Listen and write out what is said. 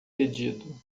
pedido